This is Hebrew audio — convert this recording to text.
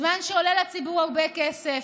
זמן שעולה לציבור הרבה כסף,